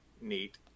Neat